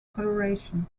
coloration